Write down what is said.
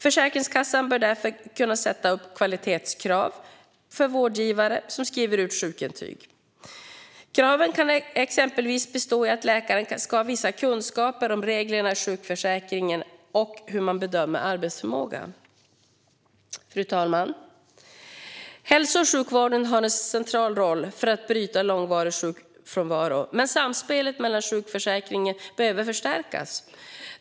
Försäkringskassan bör därför kunna sätta upp kvalitetskrav för vårdgivare som skriver ut sjukintyg. Kraven kan exempelvis bestå i att läkarna ska ha vissa kunskaper om reglerna i sjukförsäkringen och hur man bedömer arbetsförmågan. Fru talman! Hälso och sjukvården har en central roll för att bryta långvarig sjukfrånvaro, men samspelet med sjukförsäkringen behöver förstärkas.